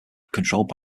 controlled